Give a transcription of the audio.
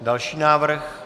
Další návrh.